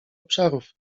obszarów